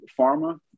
Pharma